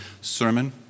sermon